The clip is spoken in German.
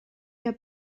der